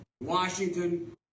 Washington